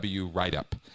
write-up